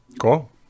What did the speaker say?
Cool